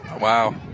Wow